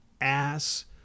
ass